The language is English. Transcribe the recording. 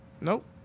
Nope